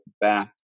back